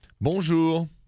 Bonjour